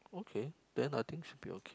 okay then I think should be okay